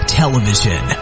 television